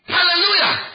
Hallelujah